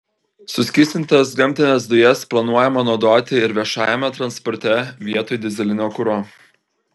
suskystintas gamtines dujas planuojama naudoti ir viešajame transporte vietoj dyzelinio kuro